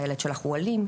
'הילד שלך הוא אלים,